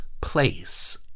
place